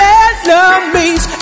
enemies